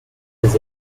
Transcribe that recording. does